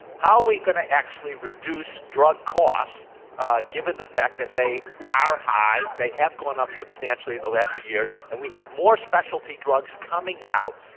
how are we going to actually reduce drug costs given the fact that they are high, they have gone up substantially in the last few years, and we have more specialty drugs coming out.